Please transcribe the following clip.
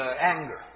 anger